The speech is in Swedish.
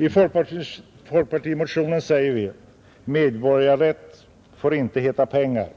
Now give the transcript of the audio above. I folkpartimotio 113 nen säger vi att medborgarrätt inte får heta pengar,